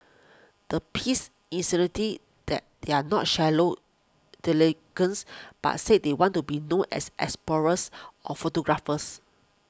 the piece that they are not shallow delinquents but said they want to be known as explorers or photographers